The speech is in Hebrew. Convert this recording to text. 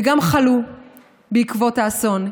וגם חלו בעקבות האסון,